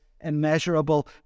immeasurable